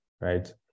right